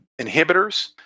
inhibitors